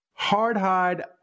Hardhide